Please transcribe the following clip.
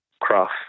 craft